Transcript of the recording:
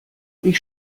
ich